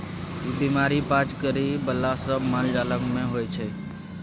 ई बीमारी पाज करइ बला सब मालजाल मे होइ छै